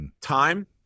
time